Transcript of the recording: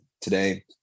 today